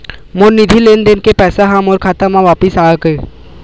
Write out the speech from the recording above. मोर निधि लेन देन के पैसा हा मोर खाता मा वापिस आ गे